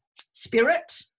spirit